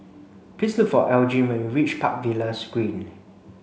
please look for Elgin when you reach Park Villas Green